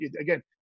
again